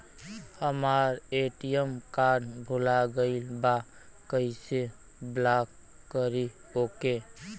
हमार ATM card भूला गईल बा कईसे ब्लॉक करी ओके?